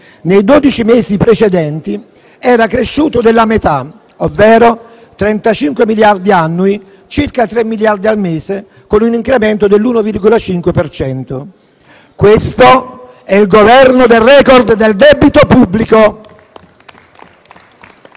Nei dodici mesi precedenti era cresciuto della metà, ovvero 35 miliardi annui, circa 3 miliardi al mese, con un incremento dell'1,5 per cento. Questo è il Governo del *record* del debito pubblico.